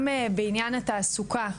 גם בעניין התעסוקה,